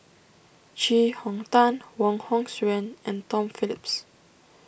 Chee Hong Tat Wong Hong Suen and Tom Phillips